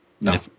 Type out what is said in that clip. No